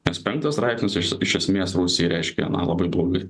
nes penktas straipsnis iš esmės rusijai reiškė na labai blogai